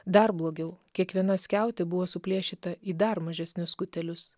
dar blogiau kiekviena skiautė buvo suplėšyta į dar mažesnius skutelius